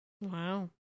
Wow